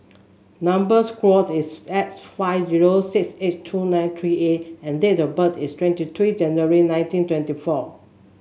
number square is S five zero six eight two nine three A and date of birth is twenty three January nineteen twenty four